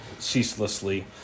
ceaselessly